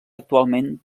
actualment